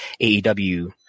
AEW